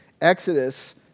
Exodus